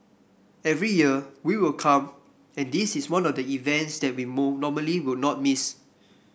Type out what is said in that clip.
every year we will come and this is one of the events that we normally will not miss